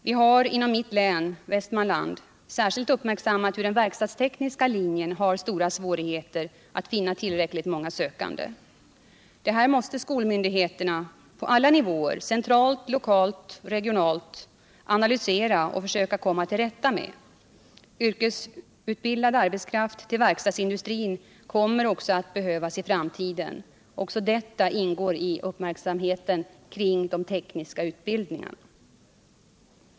Vi har inom mitt län, Västmanlands län, särskilt uppmärksammat den verkstadstekniska linjens stora svårigheter att finna tillräckligt många sökande. Detta måste skolmyndigheterna på alla nivåer — centralt, regionalt och lokalt — analysera och försöka komma till rätta med. Yrkesutbildad arbetskraft i verkstadsindustrin kommer att behövas även i framtiden. Detta ingår också i uppmärksamheten kring de tekniska utbildningarna.